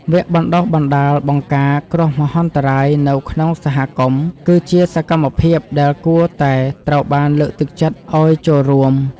វគ្គបណ្តុះបណ្តាលបង្ការគ្រោះមហន្តរាយនៅក្នុងសហគមន៍ គឺជាសកម្មភាពដែលគួរតែត្រូវបានលើកទឹកចិត្តឱ្យចូលរួម។